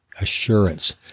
assurance